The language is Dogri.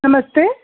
नमस्ते